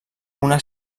una